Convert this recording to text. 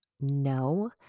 No